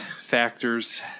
factors